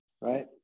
right